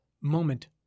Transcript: moment